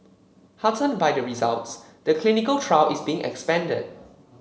heartened by the results the clinical trial is being expanded